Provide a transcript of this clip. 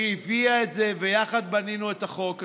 היא הביאה את זה, ויחד בנינו את החוק הזה.